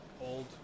old